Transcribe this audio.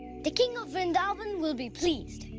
the king of vrindavan will be pleased.